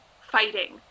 fighting